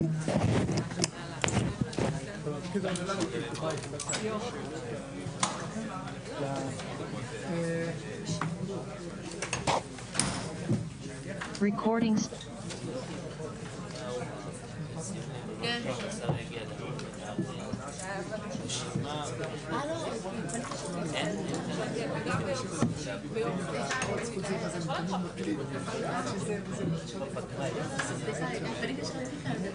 ננעלה בשעה 10:55.